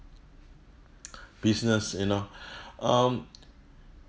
business you know um